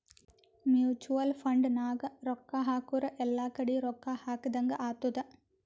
mutual fund ನಾಗ್ ರೊಕ್ಕಾ ಹಾಕುರ್ ಎಲ್ಲಾ ಕಡಿ ರೊಕ್ಕಾ ಹಾಕದಂಗ್ ಆತ್ತುದ್